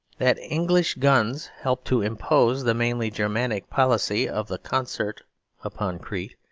that english guns helped to impose the mainly germanic policy of the concert upon crete,